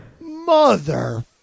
mother